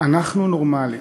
אנחנו נורמליים.